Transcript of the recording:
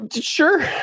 Sure